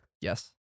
Yes